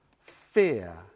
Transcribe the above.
fear